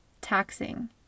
Taxing